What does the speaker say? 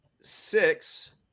six